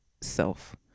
self